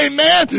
Amen